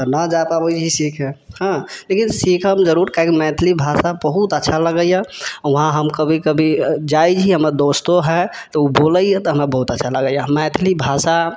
तऽ न जा पाबै छे सीखय हँ लेकिन सीखब जरुर काहेकि मैथिली भाषा बहुत अच्छा लगैया वहाँ हम कभी कभी जाइ छी हमर दोस्तो है तऽ ओ बोलैया तऽ हमरा बहुत अच्छा लगैया मैथिली भाषा